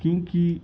کیونکہ